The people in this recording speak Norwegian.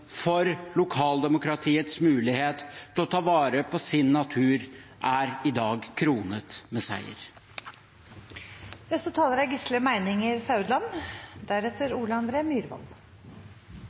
for lokaldemokratiets mulighet til å ta vare på sin natur i dag er kronet med